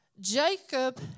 Jacob